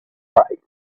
late